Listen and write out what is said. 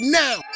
now